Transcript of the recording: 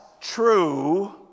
true